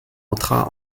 entra